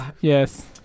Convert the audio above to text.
yes